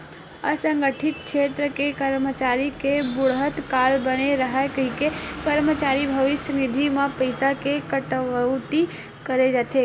असंगठित छेत्र के करमचारी के बुड़हत काल बने राहय कहिके करमचारी भविस्य निधि म पइसा के कटउती करे जाथे